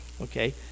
okay